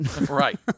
Right